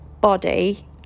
body